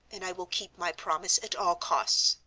and i will keep my promise at all costs,